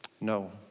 No